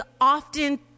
often